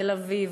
תל-אביב,